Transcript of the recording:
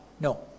No